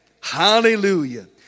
Hallelujah